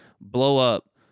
blow-up